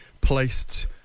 placed